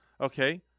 Okay